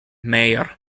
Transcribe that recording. mayor